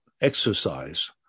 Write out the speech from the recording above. exercise